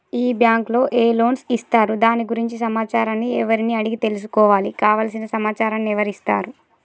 ఈ బ్యాంకులో ఏ లోన్స్ ఇస్తారు దాని గురించి సమాచారాన్ని ఎవరిని అడిగి తెలుసుకోవాలి? కావలసిన సమాచారాన్ని ఎవరిస్తారు?